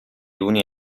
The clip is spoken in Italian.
uni